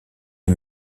les